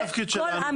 זה לא התפקיד שלנו.